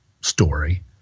story